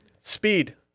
speed